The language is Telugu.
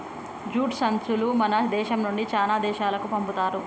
జూట్ సంచులు మన దేశం నుండి చానా దేశాలకు పంపుతున్నారు